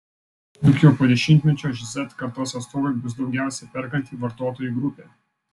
juk jau po dešimtmečio z kartos atstovai bus daugiausiai perkanti vartotojų grupė